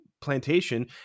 plantation